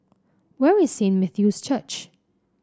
where is Saint Matthew's Church